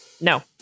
No